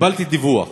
קיבלתי דיווח